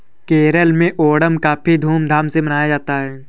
केरल में ओणम काफी धूम धाम से मनाया जाता है